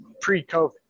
pre-COVID